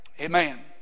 Amen